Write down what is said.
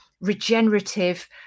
regenerative